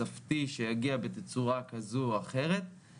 זה יכול לנוע בין אחוזים בודדים ל-30%,